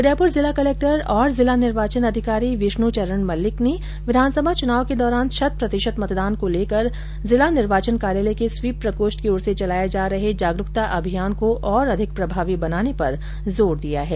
उदयपुर जिला कलक्टर और जिला निर्वाचन अधिकारी विष्णु चरण मल्लिक ने विधानसभा चुनाव के दौरान शत प्रतिशत मतदान को लेकर जिला निर्वाचन कार्यालय के स्वीप प्रकोष्ठ की ओर से चलाए जा रहे मतदाता जागरूकता अभियान को और अधिक प्रभावी बनाने के पर जोर दिया है